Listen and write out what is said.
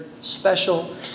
special